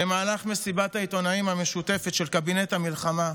במהלך מסיבת העיתונאים המשותפת של קבינט המלחמה,